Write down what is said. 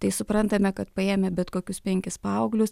tai suprantame kad paėmę bet kokius penkis paauglius